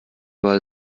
wahl